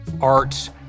art